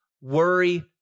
worry